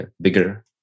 bigger